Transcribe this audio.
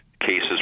cases